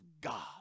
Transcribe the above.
God